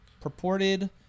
purported